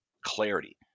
clarity